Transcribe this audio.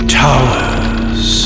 towers